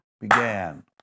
began